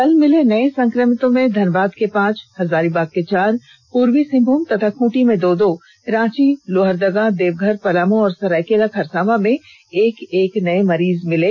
कल मिले नए संक्रमितों में धनबाद के पांच हजारीबाग के चार पूर्वी सिंहभूम तथा खूंटी में दो दो रांची लोहरदगा देवघर पलामू और सरायकेला खरसावां में एक एक नए मरीज मिले